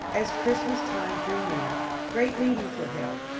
as christmas time drew near, great meetings were held,